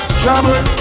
trouble